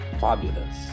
fabulous